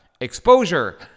Exposure